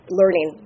learning